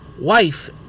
wife